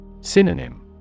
Synonym